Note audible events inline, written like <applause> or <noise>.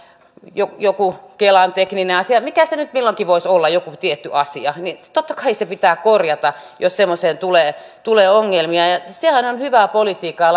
joku joku kelan tekninen asia mikä se nyt milloinkin voisi olla joku tietty asia totta kai se pitää korjata jos semmoiseen tulee ongelmia sehän on hyvää politiikkaa <unintelligible>